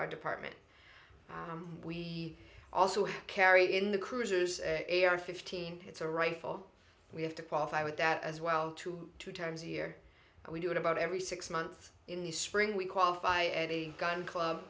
our department we also have carried in the cruisers are fifteen it's a rifle we have to qualify with that as well two times a year and we do it about every six months in the spring we qualify as a gun club